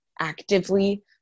actively